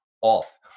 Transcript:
off